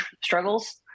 struggles